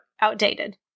outdated